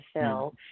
fill